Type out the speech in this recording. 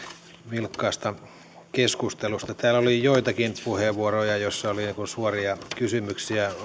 vilkkaasta keskustelusta täällä oli joitakin puheenvuoroja joissa oli suoria kysymyksiä